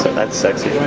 that's sexy.